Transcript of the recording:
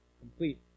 complete